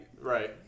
Right